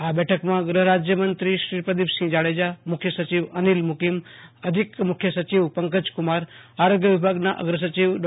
આ બેઠકમાં ગૃ ફરાજયમંત્રી શ્રી પ્રદીપસિંહ જાડેજા મુખ્ય સચિવ અનિલ મુ કીમ અધિક મુખ્ય સચિવ પંકજકુમાર આરોગ્ય વિભાગના અગ્ર સચિવ ડો